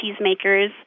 cheesemakers